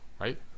Right